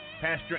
Pastor